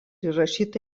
įrašyta